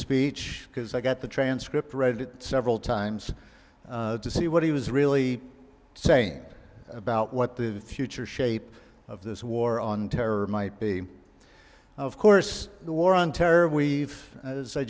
speech because i got the transcript read it several times to see what he was really saying about what the future shape of this war on terror might be of course the war on terror we've as i